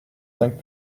cinq